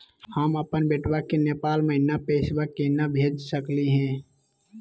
हम अपन बेटवा के नेपाल महिना पैसवा केना भेज सकली हे?